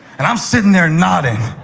and i'm sitting there nodding.